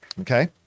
Okay